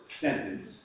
sentence